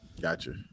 gotcha